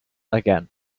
again